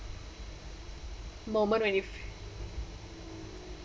moment when you